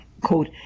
quote